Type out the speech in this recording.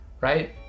right